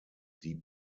die